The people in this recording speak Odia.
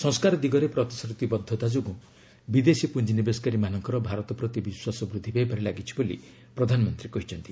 ସଂସ୍କାର ଦିଗରେ ପ୍ରତିଶ୍ରତି ବଦ୍ଧତା ଯୋଗୁଁ ବିଦେଶୀ ପୁଞ୍ଜିନିବେଶକାରୀ ମାନଙ୍କର ଭାରତ ପ୍ରତି ବିଶ୍ୱାସ ବୃଦ୍ଧି ପାଇବାରେ ଲାଗିଛି ବୋଲି ପ୍ରଧାନମନ୍ତ୍ରୀ କହିଛନ୍ତି